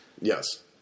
Yes